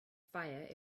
fire